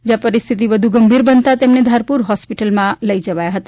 જ્યારે પરિસ્થિતિ વધુ ગંભીર બનતા તેમને ધારપુર હોસ્પિટલ ખસેડવામા આવ્યા હતા